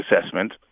assessment